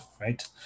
right